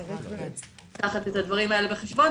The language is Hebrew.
אז צריך לקחת את הדברים האלה בחשבון,